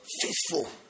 Faithful